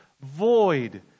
void